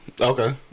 Okay